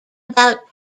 about